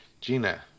Gina